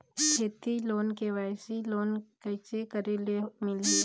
खेती loan KYC loan कइसे करे ले मिलही?